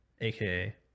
AKA